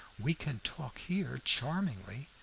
we can talk here charmingly,